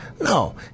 No